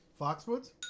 Foxwoods